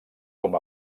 com